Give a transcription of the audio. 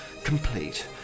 complete